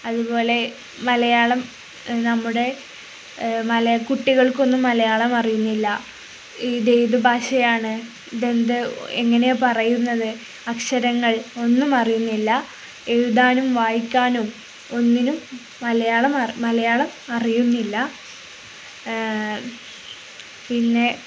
അതുപോലെ മലയാളം നമ്മുടെ കുട്ടികൾക്കൊന്നും മലയാളം അറിയില്ല ഇതേത് ഭാഷയാണ് ഇതെന്ത് എങ്ങനെയാണ് പറയുന്നത് അക്ഷരങ്ങൾ ഒന്നും അറിയില്ല എഴുതാനും വായിക്കാനും ഒന്നിനും മലയാളം അറിയില്ല പിന്നെ